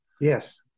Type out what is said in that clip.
Yes